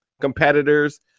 competitors